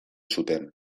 zuten